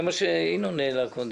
זה מה שינון העלה קודם.